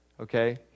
okay